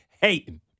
hating